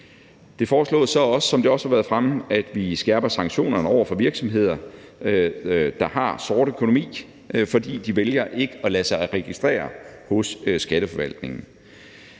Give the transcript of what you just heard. Det foreslås også, som det også har været fremme, at vi skærper sanktionerne over for virksomheder, der har en sort økonomi, fordi de vælger ikke at lade sig registrere hos Skatteforvaltningen.